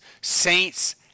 Saints